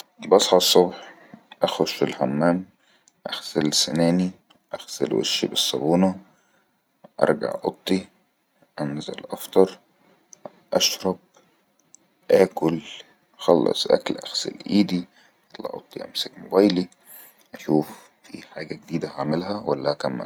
بصج الصبح اخش الحمام اخسل سناني اخسل وشي بالصبونا ارجع اطي انزل افطر اشرب اكل خلص اكل اخسل ايدي اطلع اوطي امسك موبيلي اشوف في حاجة جديدة هعملها ولا هكمل